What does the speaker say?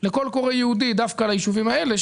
לקול קורא ייעודי דווקא לישובים האלה,